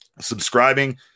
subscribing